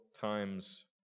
times